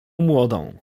młodą